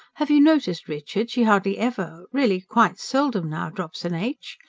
have you noticed, richard, she hardly ever really quite seldom now drops an h?